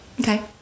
Okay